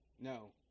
No